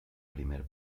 primer